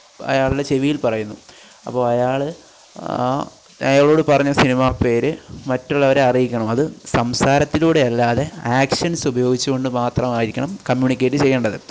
അയാളുടെ ചെവിയില് പറയുന്നു അപ്പോൾ അയാൽ ആ അയാളോട് പറഞ്ഞ സിനിമ പേര് മറ്റുള്ളവരെ അറിയിക്കണം അത് സംസാരത്തിലൂടെ അല്ലാതെ ആക്ഷന്സ് ഉപയോഗിച്ചു കൊണ്ട് മാത്രമായിരിക്കണം കമ്മ്യൂണിക്കേറ്റ് ചെയ്യേണ്ടത്